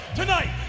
tonight